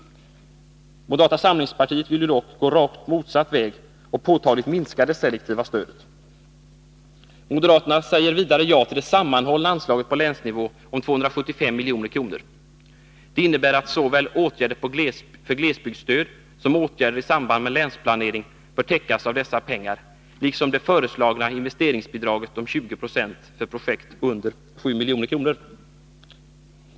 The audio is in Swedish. Moderata samlingspartiet vill ju dock gå rakt motsatt väg och påtagligt minska det selektiva stödet. Moderaterna säger vidare ja till det sammanhållna anslaget på länsnivå om 275 milj.kr. Det innebär att såväl åtgärder för glesbygdsstöd som åtgärder i samband med länsplanering bör täckas av dessa pengar, liksom det föreslagna investeringsbidraget om 20 96 för projekt under 7 milj.kr.